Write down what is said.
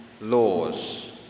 laws